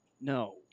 no